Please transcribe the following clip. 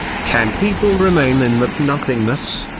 can people remain in that nothingness?